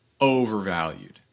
overvalued